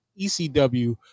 ECW